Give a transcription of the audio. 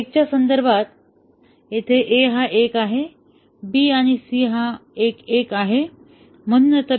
1 च्या संदर्भात येथे A हा 1 आहे आणि BC हा 1 1 आहे